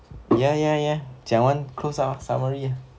ya ya ya 讲完 close up summary